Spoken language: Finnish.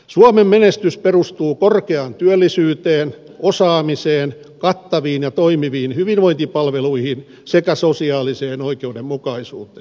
suomen menestys perustuu korkeaan työllisyyteen osaamiseen kattaviin ja toimiviin hyvinvointipalveluihin sekä sosiaaliseen oikeudenmukaisuuteen